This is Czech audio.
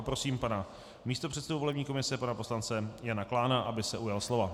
Prosím pana místopředsedu volební komise, pana poslance Jana Klána, aby se ujal slova.